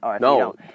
No